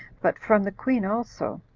but from the queen also,